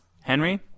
Henry